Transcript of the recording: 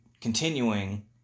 continuing